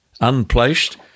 Unplaced